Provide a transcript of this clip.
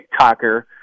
TikToker